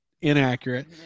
Inaccurate